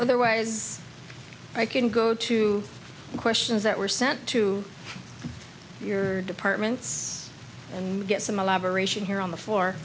otherwise i can go to the questions that were sent to your departments and get some elaboration here on the f